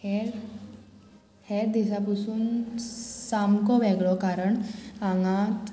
हेर हेर दिसा पसून सामको वेगळो कारण हांगा